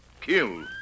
kill